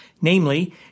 namely